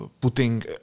putting